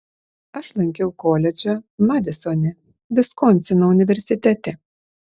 aš lankiau koledžą madisone viskonsino universitete